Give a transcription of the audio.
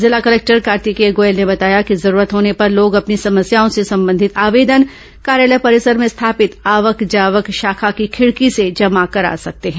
जिला कलेक्टर कार्तिकेय गोयल ने बताया कि जरूरत होने पर लोग अपनी समस्याओं से संबंधित आवेदन कार्यालय परिसर में स्थापित आवक जावक शाखा की खिड़की से जमा करा सकते हैं